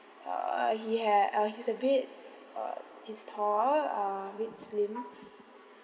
uh he had uh he's a bit uh he's tall uh a bit slim